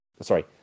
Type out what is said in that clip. sorry